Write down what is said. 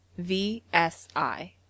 VSI